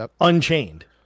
Unchained